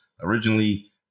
originally